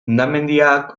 hondamendiak